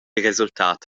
resultat